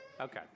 Okay